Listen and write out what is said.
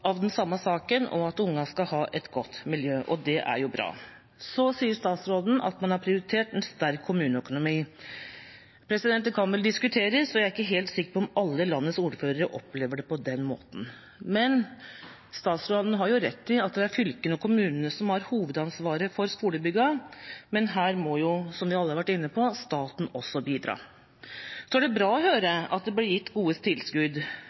ungene skal ha et godt miljø, og det er bra. Så sier statsråden at man har prioritert en sterk kommuneøkonomi. Det kan vel diskuteres, jeg er ikke helt sikker på om alle landets ordførere opplever det på den måten. Statsråden har rett i at det er fylkene og kommunene som har hovedansvaret for skolebyggene, men her må også staten bidra – som vi alle har vært inne på. Det er bra å høre at det blir gitt gode tilskudd,